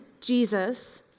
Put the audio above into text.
Jesus